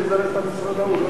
לזרז את המשרד ההוא,